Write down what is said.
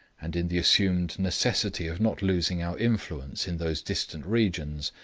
and in the assumed necessity of not losing our influence in those distant regions,